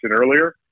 earlier